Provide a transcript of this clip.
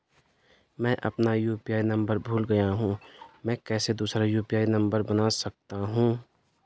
मैं अपना UPI number भूल गया हूँ मैं कैसे दूसरा यु.पी.आई नम्बर बना सकता हूँ?